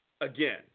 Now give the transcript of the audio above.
again